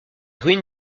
ruines